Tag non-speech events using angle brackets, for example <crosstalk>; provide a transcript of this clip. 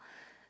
<breath>